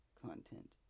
content